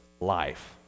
life